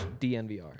DNVR